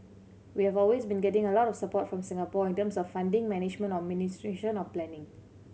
we have always been getting a lot of support from Singapore in terms of funding management or administration or planning